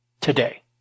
Today